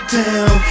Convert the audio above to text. down